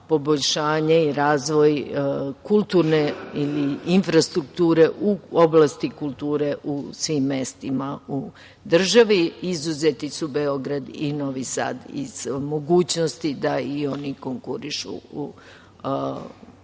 poboljšanje i razvoj kulturne ili infrastrukture u oblasti kulture u svim mestima u državi. Izuzeti su Beograd i Novi Sad iz mogućnosti da i oni konkurišu za